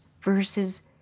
versus